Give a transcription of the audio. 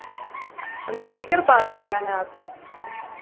Ambedkar park जाना है आपको